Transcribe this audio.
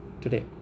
today